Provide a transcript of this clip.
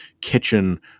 kitchen